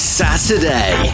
saturday